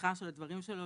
בפתיחה של הדברים שלו,